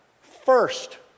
first